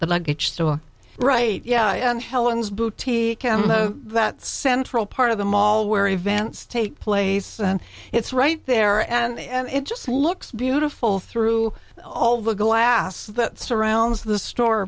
the luggage store right yeah helen's boutique and that central part of the mall where events take place and it's right there and it just looks beautiful through all the glass that surrounds the store